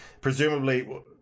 Presumably